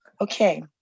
okay